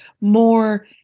more